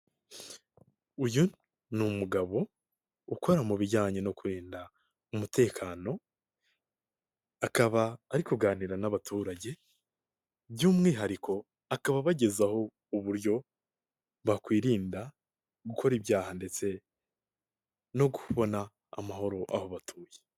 Uyu ni umugabo ukora mu bijyanye no kurinda umutekano, akaba ari kuganira n'abaturage by'umwihariko akaba bagezeho uburyo bakwirinda gukora ibyaha ndetse no kubona amahoro aho batuye.